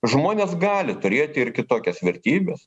žmonės gali turėti ir kitokias vertybes